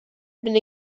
been